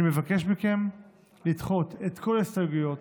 אני מבקש מכם לדחות את כל ההסתייגויות.